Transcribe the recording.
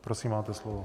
Prosím, máte slovo.